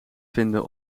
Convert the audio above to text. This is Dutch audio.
vinden